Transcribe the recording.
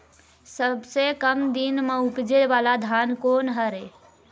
सबसे कम दिन म उपजे वाला धान कोन हर ये?